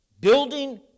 Building